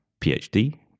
PhD